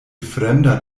fremda